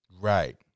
Right